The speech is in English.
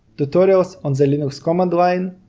tutorials on the linux command line,